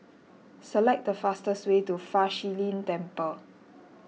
select the fastest way to Fa Shi Lin Temple